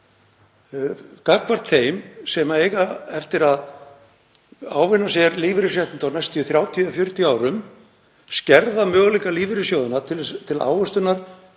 gagnvart þeim sem eiga eftir að ávinna sér lífeyrisréttindi á næstu 30–40 árum, skerða möguleika lífeyrissjóðanna til ávöxtunar